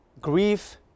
grief